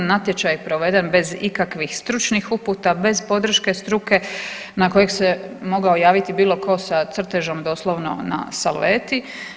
Natječaj je proveden bez ikakvih stručnih uputa, bez podrške struke na kojeg se mogao javiti bilo tko sa crtežom doslovno na salveti.